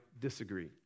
disagree